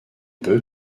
peut